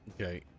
Okay